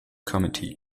committee